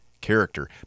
character